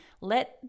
let